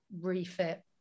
refit